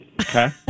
Okay